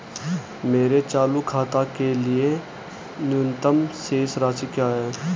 मेरे चालू खाते के लिए न्यूनतम शेष राशि क्या है?